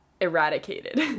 eradicated